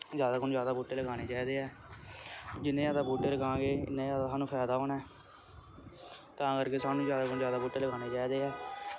ज्यादा कोलूं ज्यादा बूह्टे लगाने चाहिदे ऐ जिन्ने ज्यादा बूह्टे लगां गे उन्ना ज्यादा सानू फैदा होना ऐ तां करके सानू ज्यादा तो ज्यादा बूह्टे लगाने चाहिदे ऐं